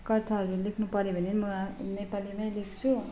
कथाहरू लेख्नु पर्यो भने म नेपालीमै लेख्छु